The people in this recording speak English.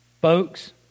Folks